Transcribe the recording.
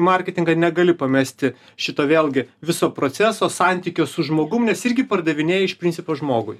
marketingą negali pamesti šito vėlgi viso proceso santykio su žmogum nes irgi pardavinėji iš principo žmogui